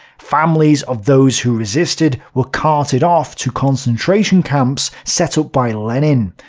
families of those who resisted were carted off to concentration camps set up by lenin.